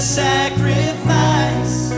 sacrifice